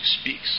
speaks